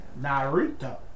Naruto